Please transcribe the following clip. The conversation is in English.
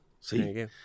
See